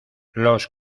los